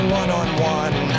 one-on-one